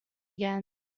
again